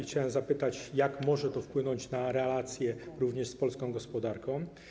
Chciałem zapytać, jak może to wpłynąć na relacje również z polską gospodarką.